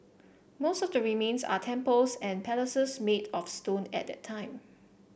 most of the remains are temples and palaces made of stone at that time